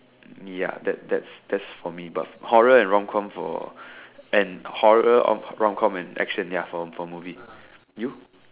ya that that that's for me but horror and romcom for and horror rom romcom and action for movie you